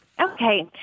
Okay